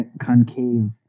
concave